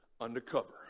undercover